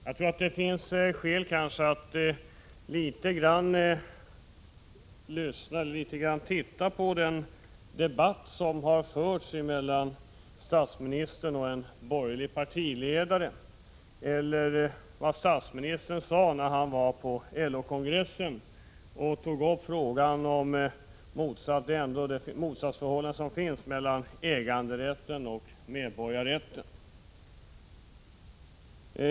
Jag tror att det finns skäl att litet grand gå tillbaka till den debatt som har förts mellan statsministern och en borgerlig partiledare och till vad statsministern sade på LO-kongressen, där han tog upp frågan om det motsatsförhållande som finns mellan äganderätt och medborgarrätt.